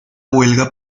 huelga